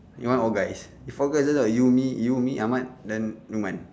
you want all guys if four guy just you me you me ahmad then lukman